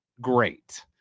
great